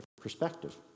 perspective